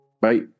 Bye